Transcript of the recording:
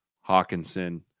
Hawkinson